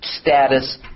status